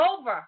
over